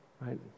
right